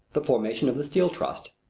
the formation of the steel trust,